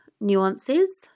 nuances